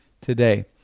today